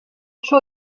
show